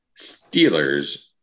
Steelers